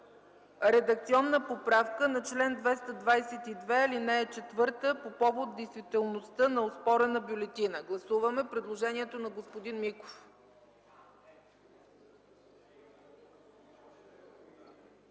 редакционна поправка на чл. 222, ал. 4 по повод действителността на оспорена бюлетина. Гласуваме предложението на господин Миков.